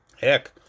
heck